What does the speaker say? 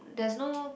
there's no